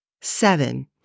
Seven